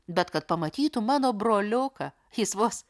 bet kad pamatytum mano broliuką jis vos